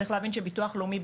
צריך להבין שביטוח לאומי,